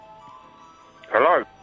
Hello